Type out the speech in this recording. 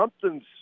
something's